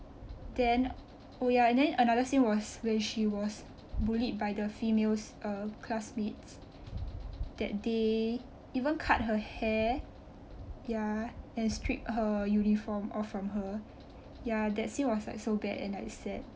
then oh ya and then another scene was when she was bullied by the females uh classmates that they even cut her hair ya and stripped her uniform off from her ya that scene was like so bad and like sad